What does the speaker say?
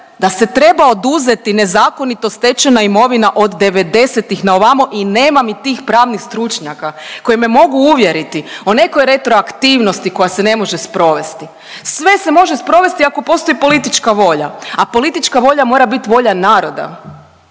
da se treba oduzeti nezakonito stečena imovina od '90.-tih na ovamo i nema mi tih pravnih stručnjaka koji me mogu uvjeriti o nekoj retroaktivnosti koja se ne može sprovesti. Sve se može sprovesti ako postoji politička volja, a politička volja mora biti volja naroda